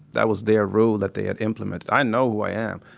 that was their rule that they had implemented. i know who i am.